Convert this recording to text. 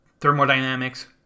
thermodynamics